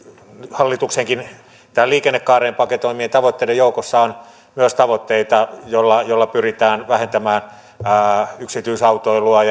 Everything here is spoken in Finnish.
hallituksenkin tähän liikennekaareen paketoimien tavoitteiden joukossa on myös tavoitteita joilla pyritään vähentämään yksityisautoilua